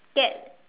get